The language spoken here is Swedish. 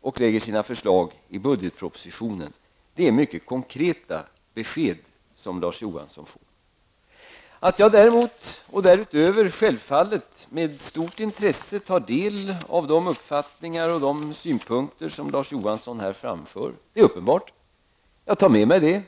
och lägger sina förslag i budgetpropositionen. Det är mycket konkreta besked som Larz Johansson fått. Att jag däremot och därutöver självfallet med stort intresse tar del av de uppfattningar och de synpunkter som Larz Johansson framför är uppenbart. Jag tar med mig det.